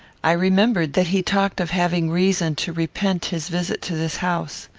i remembered that he talked of having reason to repent his visit to this house.